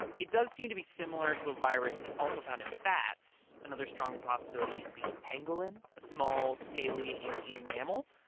it does seem to be similar to a virus that's also found in bats. another strong possibility is the pangolin, a small, scaly ant-eating mammal,